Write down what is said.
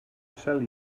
sell